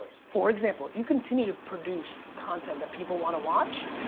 for example, if you continue to produce content that people wanna watch,